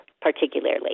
particularly